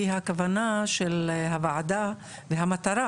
כי הכוונה של הוועדה והמטרה,